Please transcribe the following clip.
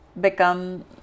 become